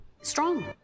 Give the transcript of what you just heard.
Strong